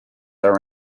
are